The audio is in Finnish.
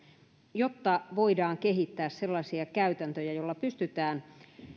jotta voidaan kehittää sellaisia käytäntöjä joilla pystytään